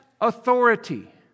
authority